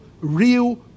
real